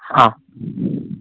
ആ